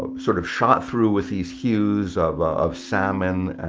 ah sort of shot through with these hues of of salmon